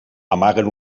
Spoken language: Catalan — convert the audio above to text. amaguen